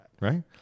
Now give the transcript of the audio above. Right